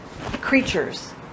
creatures